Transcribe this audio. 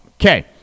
okay